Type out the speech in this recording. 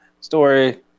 Story